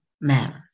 matters